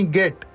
get